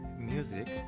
music